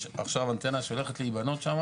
יש עכשיו אנטנה שהולכת להיבנות שם